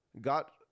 got